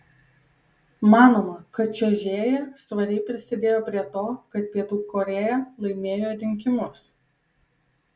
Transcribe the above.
manoma kad čiuožėja svariai prisidėjo prie to kad pietų korėja laimėjo rinkimus